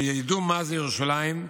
שידעו מה זה ירושלים,